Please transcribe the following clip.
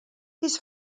his